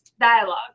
dialogue